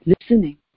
listening